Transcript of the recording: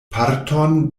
parton